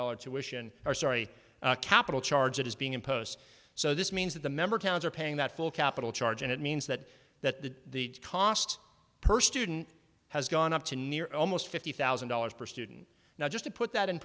dollars tuition or sorry capital charges being imposed so this means that the member towns are paying that full capital charge and it means that that the cost per student has gone up to near almost fifty thousand dollars per student now just to put that in